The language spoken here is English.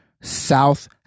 South